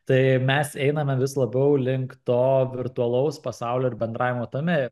tai mes einame vis labiau link to virtualaus pasaulio ir bendravimo tame